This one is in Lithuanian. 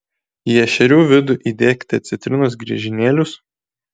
į ešerių vidų įdėkite citrinos griežinėlius